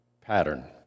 pattern